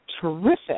terrific